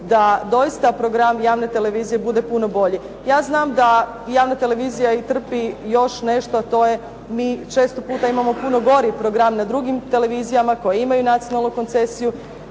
da doista program javne televizije bude puno bolji. Ja znam da javna televizija trpi i još nešto, a to je mi često puta imamo puno gori program na drugim televizijama koji imaju nacionalnu koncesiju.